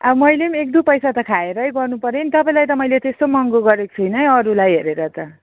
अब मैले पनि एक दुई पैसा खाएरै गर्नु पर्यो नि त तपाईँलाई त मैले त्यस्तो महँगो गरेको छुइनँ हौ अरूलाई हेरेर त